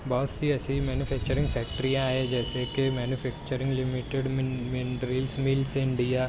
بہت سی ایسی مینوفیکچرنگ فیکٹریاں ہیں جیسے کہ مینوفیکچرنگ لمٹیڈ ملس انڈیا